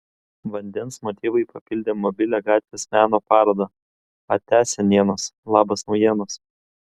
vandens motyvai papildė mobilią gatvės meno parodą atia senienos labas naujienos